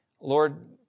Lord